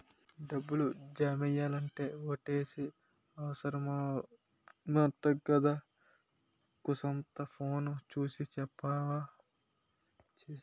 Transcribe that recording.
డబ్బులు జమెయ్యాలంటే ఓ.టి.పి అవుసరమంటగదా కూసంతా ఫోను సూసి సెప్పవా